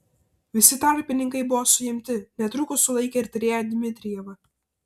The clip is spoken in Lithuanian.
visi tarpininkai buvo suimti netrukus sulaikė ir tyrėją dmitrijevą